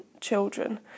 children